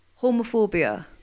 Homophobia